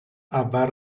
اول